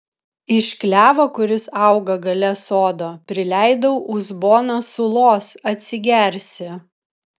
iš klevo kuris auga gale sodo prileidau uzboną sulos atsigersi